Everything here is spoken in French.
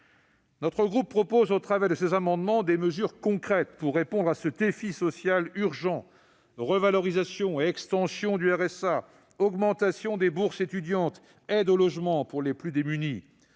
Notre groupe propose, au travers de ses amendements, des mesures concrètes pour répondre à ce défi social urgent : revalorisation et extension du revenu de solidarité active (RSA), augmentation des bourses étudiantes et aide au logement pour les plus démunis.